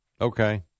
Okay